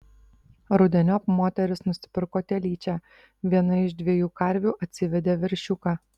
rudeniop moteris nusipirko telyčią viena iš dviejų karvių atsivedė veršiuką